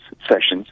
sessions